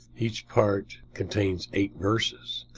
each part contains eight verses.